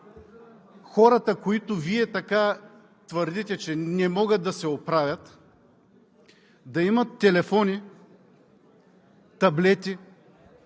хората, които Вие твърдите, че не могат да се оправят, да имат телефони, таблети,